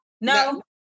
No